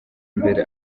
imbere